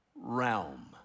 realm